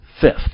fifth